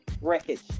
wreckage